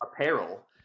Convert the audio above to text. apparel